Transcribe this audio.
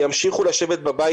וימשיכו לשבת בבית,